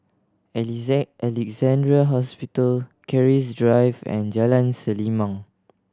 Alexandra Hospital Keris Drive and Jalan Selimang